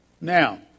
Now